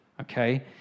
okay